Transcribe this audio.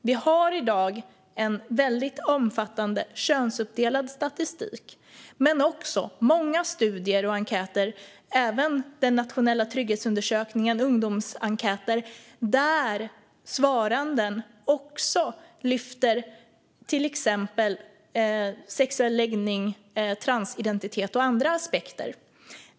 Vi har i dag en väldigt omfattande könsuppdelad statistik men också många studier och enkäter - även den nationella trygghetsundersökningen och ungdomsenkäter - där de svarande tar upp till exempel sexuell läggning, transidentitet och andra aspekter.